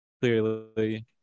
clearly